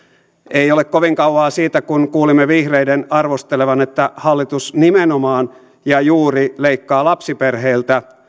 ei ole kovin kauan siitä kun kuulimme vihreiden arvostelevan että hallitus nimenomaan ja juuri leikkaa lapsiperheiltä